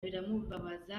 biramubabaza